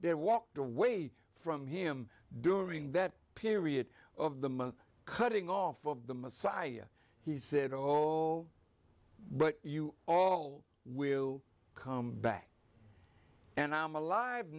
there walked away from him during that period of the month cutting off of the messiah he said oh oh but you all will come back and i'm alive